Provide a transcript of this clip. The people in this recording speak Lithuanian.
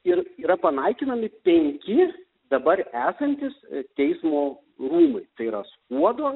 ir yra panaikinami penki dabar esantys teismo rūmai tai yra skuodo